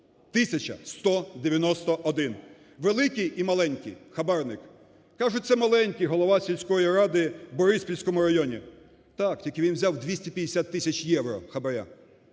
191 великий і маленький хабарник. Кажуть, це маленький голова сільської ради в Бориспільському районі. Так, тільки він взяв 250 тисяч євро хабара,